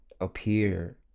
appear